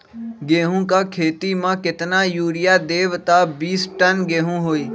गेंहू क खेती म केतना यूरिया देब त बिस टन गेहूं होई?